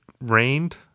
rained